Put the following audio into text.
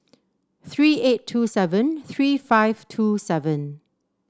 three eight two seven three five two seven